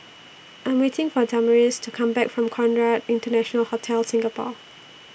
I Am waiting For Damaris to Come Back from Conrad International Hotel Singapore